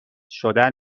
شدن